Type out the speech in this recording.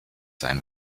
sein